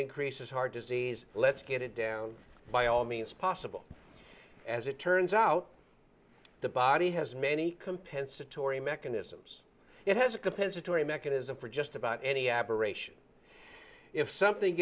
increases heart disease let's get it down by all means possible as it turns out the body has many compensatory mechanisms it has a compensatory mechanism for just about any aberration if something